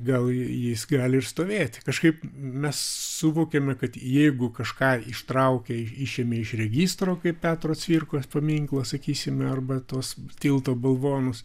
gal jis gali ir stovėti kažkaip mes suvokiame kad jeigu kažką ištraukė išėmė iš registro kaip petro cvirkos paminklą sakysime arba tuos tilto balvonus